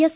S